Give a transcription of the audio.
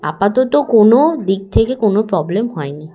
আপাতত কোনো দিক থেকে কোনো প্রবলেম হয়নি